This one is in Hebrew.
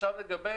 לגבי